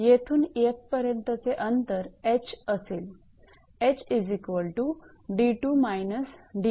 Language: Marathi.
येथून येथेपर्यंतचे अंतर ℎ असेल ℎ𝑑2−𝑑1